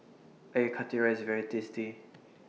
Air Karthira IS very tasty